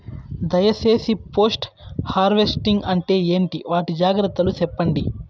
దయ సేసి post harvesting అంటే ఏంటి? వాటి జాగ్రత్తలు సెప్పండి?